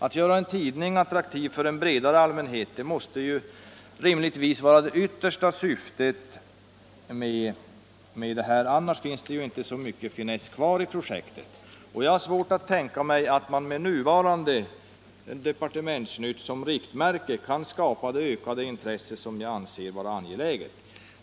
Att göra en tidning attraktiv för en bredare allmänhet måste vara det yttersta syftet. Annars finns det inte så mycket finess kvar i projektet. Jag har svårt att tänka mig att man med nuvarande Departementsnytt som riktmärke kan skapa det ökade intresse som jag anser vara angeläget.